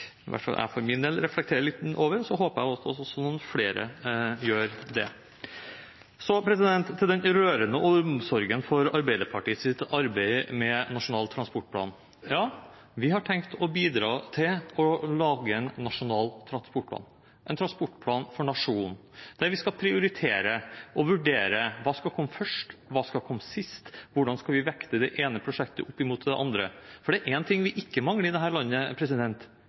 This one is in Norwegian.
hvert fall jeg reflektere litt over, og så håper jeg at flere gjør det. Så til den rørende omsorgen for Arbeiderpartiets arbeid med Nasjonal transportplan: Ja, vi har tenkt å bidra til å lage en nasjonal transportplan, en transportplan for nasjonen, der vi skal prioritere og vurdere hva som skal komme først, hva som skal komme sist, hvordan vi skal vekte det ene prosjektet opp mot det andre, for det er én ting vi ikke mangler i dette landet, og det